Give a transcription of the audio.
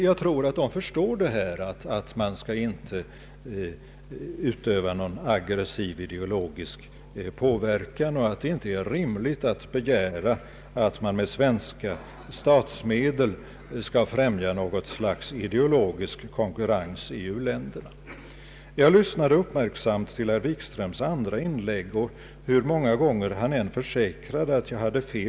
Jag tror att de förstår att man inte skall utöva någon aggressiv ideologisk påverkan och att det inte är rimligt att begära att man med svenska statsmedel skall främja något slags ideologisk konkurrens i u-länderna. Jag lyssnade uppmärksamt till herr Wikströms andra inlägg, och hur många gånger han än försäkrade att jag hade fel fast Ang.